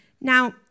Now